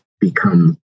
become